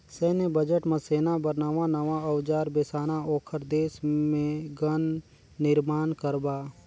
सैन्य बजट म सेना बर नवां नवां अउजार बेसाना, ओखर देश मे गन निरमान करबा